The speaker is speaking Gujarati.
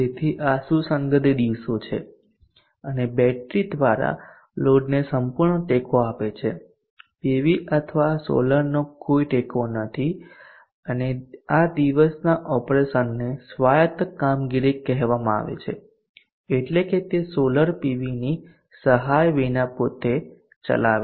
તેથી આ સુસંગત દિવસો છે અને બેટરી દ્વારા લોડને સંપૂર્ણ ટેકો આપે છે પીવી અથવા સોલારનો કોઈ ટેકો નથી અને આ દિવસના ઓપરેશનને સ્વાયત કામગીરી કહેવામાં આવે છે એટલે કે તે સોલાર પીવી ની સહાય વિના પોતે ચલાવે છે